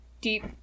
Deep